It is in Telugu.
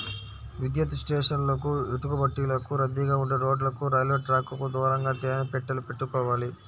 విద్యుత్ స్టేషన్లకు, ఇటుకబట్టీలకు, రద్దీగా ఉండే రోడ్లకు, రైల్వే ట్రాకుకు దూరంగా తేనె పెట్టెలు పెట్టుకోవాలి